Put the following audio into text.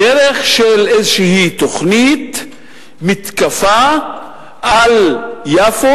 בדרך של איזו תוכנית מתקפה על יפו.